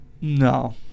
No